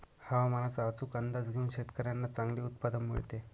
हवामानाचा अचूक अंदाज घेऊन शेतकाऱ्यांना चांगले उत्पादन मिळते